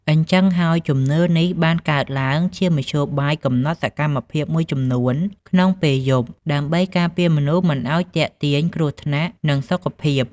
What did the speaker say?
អញ្ចឹងហើយ ជំនឿនេះបានកើតឡើងជាមធ្យោបាយកំណត់សកម្មភាពមួយចំនួនក្នុងពេលយប់ ដើម្បីការពារមនុស្សមិនឲ្យទាក់ទាញគ្រោះថ្នាក់ និងសុខភាព។